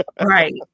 Right